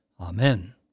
Amen